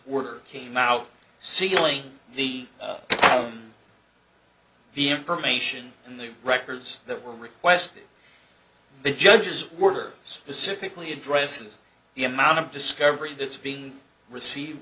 were came out sealing the on the information and the records that were requested the judges were specifically addresses the amount of discovery that's being received